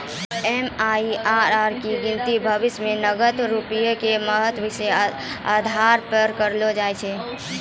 MIRR के गिनती भविष्यो मे नगद रूपया के महत्व के आधार पे करलो जाय छै